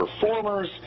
performers